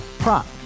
Prop